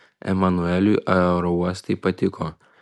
emanueliui aerouostai patiko